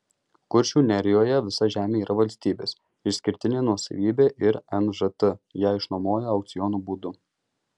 kuršių nerijoje visa žemė yra valstybės išskirtinė nuosavybė ir nžt ją išnuomoja aukciono būdu